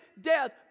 death